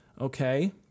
okay